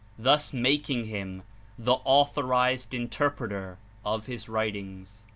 thus making him the authorized interpreter of his writings.